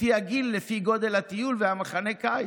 לפי הגיל, לפי גודל הטיול ומחנה הקיץ.